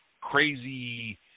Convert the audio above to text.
crazy –